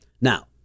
Now